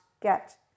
get